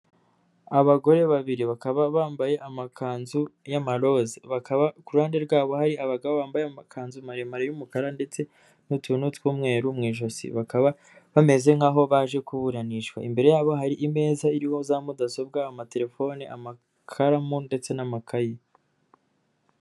Abagore babiri, bakaba bambaye amakanzu y'amaroze, ku ruhande rwabo hari abagabo, bambaye amakanzu maremare y'umukara ndetse n'utuntu tw'umweru mu ijosi, bakaba bameze nk'aho baje kuburanishwa, imbere yabo hari imeza iriho za mudasobwa, amatelefone, amakaramu ndetse n'amakayi.